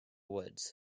woods